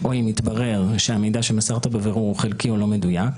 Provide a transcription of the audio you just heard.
או אם יתברר שהמידע שמסרת בבירור הוא חלקי או לא מדויק,